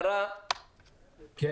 אני